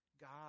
God